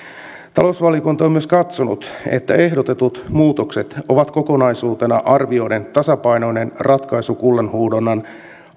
talousvaliokunta on myös katsonut että ehdotetut muutokset ovat kokonaisuutena arvioiden tasapainoinen ratkaisu kullanhuuhdonnan